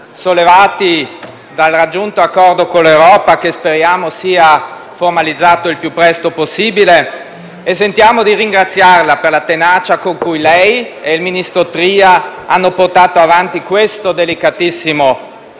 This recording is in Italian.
sollevati dal raggiunto accordo con l'Europa, che speriamo sia formalizzato il prima possibile e sentiamo di ringraziarla per la tenacia con cui lei e il ministro Tria avete portato avanti questo delicatissimo